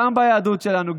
גם ביהדות שלנו,